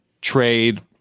trade